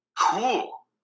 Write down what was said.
Cool